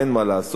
אין מה לעשות,